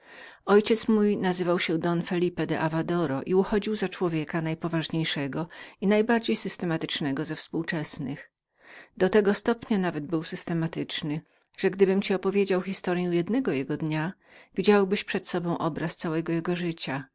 ojciec mój nazywał się don phelipe davadoro i uchodził za człowieka najpoważniejszego i najbardziej wyrachowanego w swoim czasie do tego stopnia nawet był punktualnym że gdybym ci opowiedział historyę jednego dnia jego widziałbyś przed sobą obraz całego jego życia